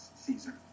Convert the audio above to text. Caesar